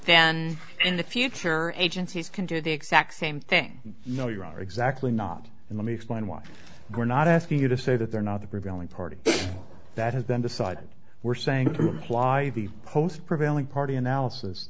then in the future agencies can do the exact same thing no you are exactly not and let me explain why we're not asking you to say that they're not the prevailing party that has them decide we're saying to imply the post prevailing party analysis